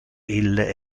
ille